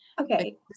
okay